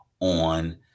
on